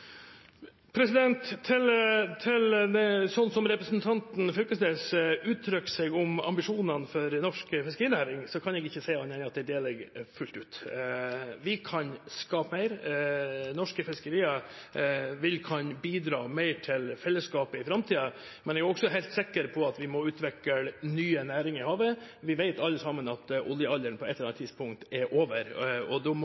Til det representanten Knag Fylkesnes uttrykker om ambisjonene for norsk fiskerinæring, kan jeg ikke si annet enn at det deler jeg fullt ut. Vi kan skape mer. Norske fiskerier vil kunne bidra mer til felleskapet i framtiden. Men jeg er også helt sikker på at vi må utvikle nye næringer i havet. Vi vet alle sammen at oljealderen på et eller annet tidspunkt er over, og